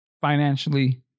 financially